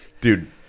dude